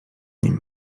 nim